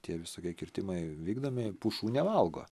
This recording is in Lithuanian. tie visokie kirtimai vykdomi pušų nevalgo